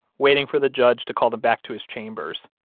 waiting for the judge to call them back to his chambers.